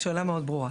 השאלה מאוד ברורה.